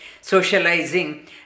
socializing